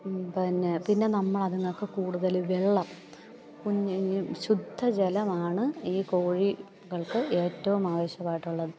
പിന്നെ പിന്നെ നമ്മൾ അത്ങ്ങൾക്ക് കൂടുതൽ വെള്ളം കുഞ്ഞ് ഈ ശുദ്ധജലമാണ് ഈ കോഴികൾക്ക് ഏറ്റവും ആവശ്യമായിട്ടുള്ളത്